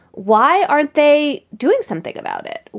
why aren't they doing something about it?